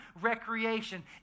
Recreation